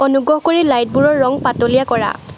অনুগ্ৰহ কৰি লাইটবোৰৰ ৰঙ পাতলীয়া কৰা